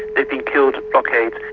they've been killed at blockades.